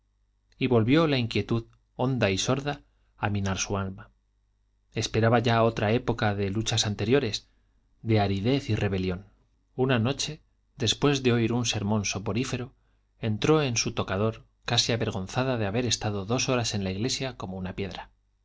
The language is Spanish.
y volvió la inquietud honda y sorda a minar su alma esperaba ya otra época de luchas interiores de aridez y rebelión una noche después de oír un sermón soporífero entró en su tocador casi avergonzada de haber estado dos horas en la iglesia como una piedra